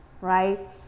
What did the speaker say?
right